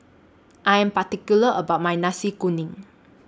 I Am particular about My Nasi Kuning